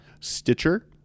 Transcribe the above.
Stitcher